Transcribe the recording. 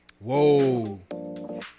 whoa